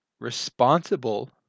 responsible